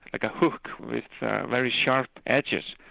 like a hook, with very sharp edges,